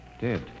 Dead